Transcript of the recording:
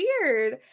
weird